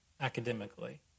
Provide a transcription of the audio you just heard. academically